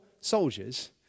soldiers